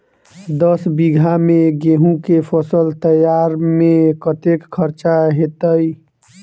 दस बीघा मे गेंहूँ केँ फसल तैयार मे कतेक खर्चा हेतइ?